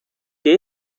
que